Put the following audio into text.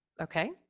Okay